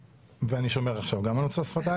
ואני שומר עכשיו גם על מוצא שפתיי.